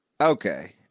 Okay